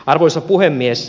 arvoisa puhemies